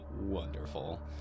wonderful